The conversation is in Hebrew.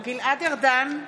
גלעד ארדן,